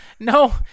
No